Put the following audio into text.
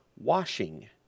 washing